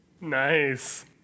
Nice